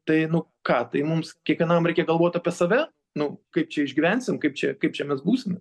tai nu ką tai mums kiekvienam reikia galvot apie save nu kaip čia išgyvensim kaip čia kaip čia mes būsim